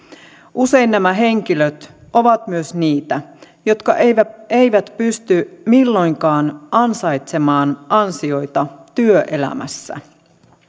usein nämä henkilöt ovat myös niitä jotka eivät eivät pysty milloinkaan ansaitsemaan ansioita työelämässä